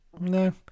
No